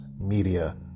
Media